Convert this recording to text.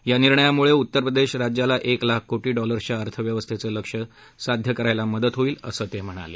या निर्णयामुळे उत्तरप्रदेश राज्याला एक लाख कोटी डॉलर्सच्या अर्थव्यवस्थेचं लक्ष्य साध्य करायला मदत होईल असं ते म्हणाले